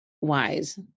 wise